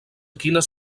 quines